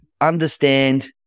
Understand